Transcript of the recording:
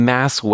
Mass